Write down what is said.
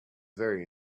very